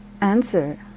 answer